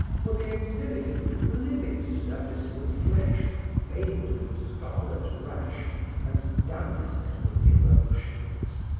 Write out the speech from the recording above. for they exhibited livid surfaces of flesh veined with scarlet rash and damasked with eruptions.